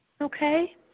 okay